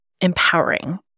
empowering